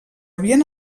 havien